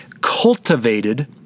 cultivated